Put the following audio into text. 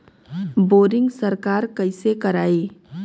Boring सरकार कईसे करायी?